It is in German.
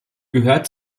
gehört